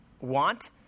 want